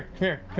here